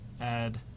add